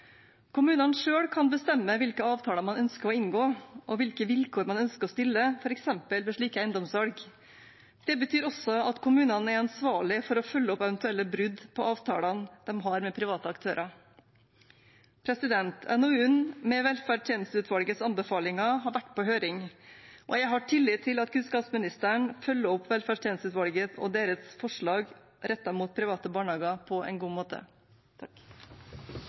Kommunene selv kan bestemme hvilke avtaler man ønsker å inngå, og hvilke vilkår man ønsker å stille, f.eks. ved slike eiendomssalg. Det betyr også at kommunene er ansvarlige for å følge opp eventuelle brudd på avtalene de har med private aktører. NOU-en med velferdstjenesteutvalgets anbefalinger har vært på høring, og jeg har tillit til at kunnskapsministeren følger opp velferdstjenesteutvalget og deres forslag rettet mot private barnehager på en god måte.